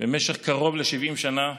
במשך קרוב ל-70 שנה,